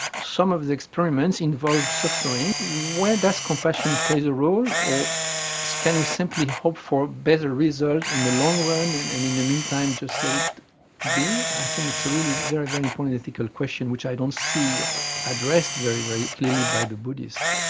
some of the experiments involve suffering where does compassion play the role, or can we simply hope for better results in the long run and in the meantime just let it be? i think it's a really very, very important ethical question i don't see addressed very, very clearly by the buddhists.